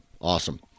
Awesome